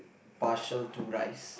partial to rice